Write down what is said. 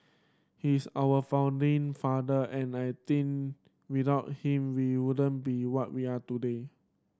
he is our founding father and I think without him we wouldn't be what we are today